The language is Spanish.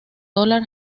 dólar